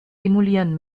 emulieren